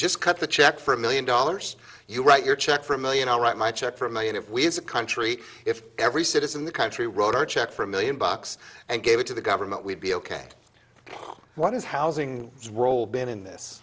just cut the check for a million dollars you write your check for a million or write my check for a million if we as a country if every citizen in the country wrote our check for a million bucks and gave it to the government we'd be ok what is housing is role been in this